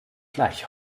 gleich